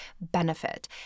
benefit